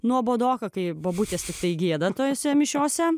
nuobodoka kai bobutės jisai giedant tose mišiose